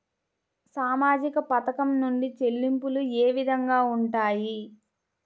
సామాజిక పథకం నుండి చెల్లింపులు ఏ విధంగా ఉంటాయి?